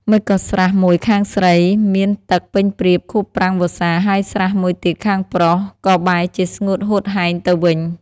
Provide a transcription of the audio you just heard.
ម៉េចក៏ស្រះមួយខាងស្រី មានទឹកពេញព្រៀបខួបប្រាំងវស្សា ហើយស្រះមួយទៀតខាងប្រុស ក៏បែរជាស្ងួតហួតហែងទៅវិញ ?